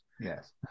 Yes